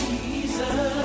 Jesus